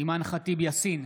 אימאן ח'טיב יאסין,